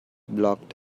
blocked